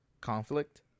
Conflict